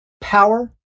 power